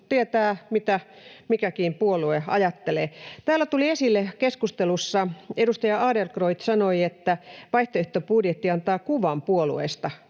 tietää, mitä mikäkin puolue ajattelee. Täällä tuli esille keskustelussa, edustaja Adlercreutz sanoi, että vaihtoehtobudjetti antaa kuvan puolueista.